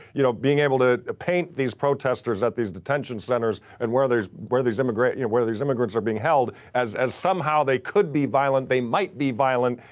you know, being able to paint these protesters at these detention centers and where there's, where these immigrant, you know, where these immigrants are being held as, as somehow they could be violent, they might be violent.